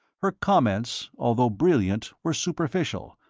her comments, although brilliant, were superficial,